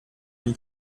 dem